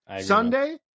Sunday